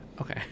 Okay